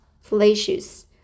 flashes